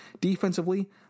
Defensively